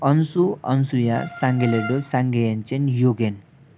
Ansu Ansuya साङ्गेलेडो Sange Yangchen Eugen